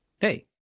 Hey